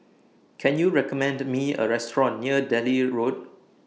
Can YOU recommend Me A Restaurant near Delhi Road